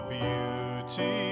beauty